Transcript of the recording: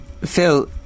Phil